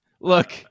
look –